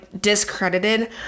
discredited